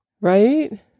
Right